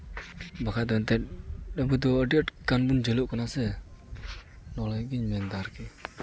ᱵᱟᱠᱷᱟᱡ ᱫᱚ ᱮᱱᱛᱮᱜ ᱟᱵᱚ ᱫᱚ ᱟᱹᱰᱤ ᱟᱸᱴ ᱠᱟᱹᱢᱤ ᱵᱚᱱ ᱡᱷᱟᱹᱞᱟᱜ ᱠᱟᱱᱟ ᱥᱮ ᱚᱱᱟ ᱞᱟᱹᱜᱤᱫ ᱜᱤᱧ ᱢᱮᱱ ᱮᱫᱟ ᱟᱨᱠᱤ